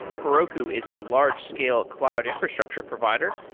heroku is a large-scale cloud infrastructure provider.